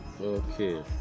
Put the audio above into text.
Okay